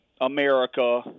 America